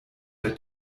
der